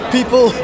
People